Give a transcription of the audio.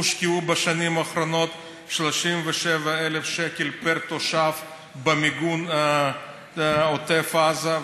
הושקעו בשנים האחרונות 37,000 שקל לתושב במיגון עוטף עזה.